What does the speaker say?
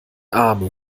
arme